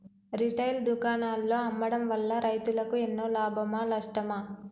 Retail దుకాణాల్లో అమ్మడం వల్ల రైతులకు ఎన్నో లాభమా నష్టమా?